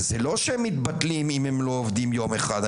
זה לא שהם מתבטלים אם הם לא עובדים יום אחד.